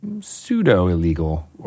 pseudo-illegal